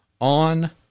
on